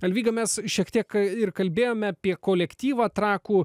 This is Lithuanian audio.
alvyga mes šiek tiek ir kalbėjome apie kolektyvą trakų